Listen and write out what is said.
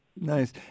nice